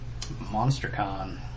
MonsterCon